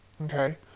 okay